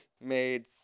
made